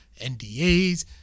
NDAs